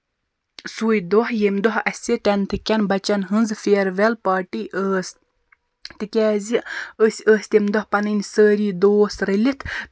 سُے دۄہ ییٚمہِ دۄہ اَسہِ ٹینتھٕ کیٚن بَچن ہٕنٛز فِیرویل پارٹی ٲسۍ تِکیٛازِ أسۍ ٲسۍ تَمہِ دۄہ پَنٕنۍ سٲری دوس رٔلِتھ